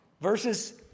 Verses